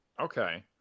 okay